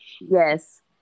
yes